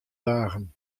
dagen